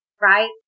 right